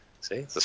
See